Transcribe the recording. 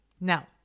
Now